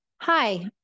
hi